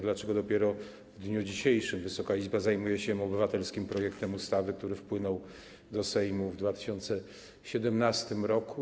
Dlaczego dopiero w dniu dzisiejszym Wysoka Izba zajmuje się obywatelskim projektem ustawy, który wpłynął do Sejmu w 2017 r.